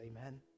Amen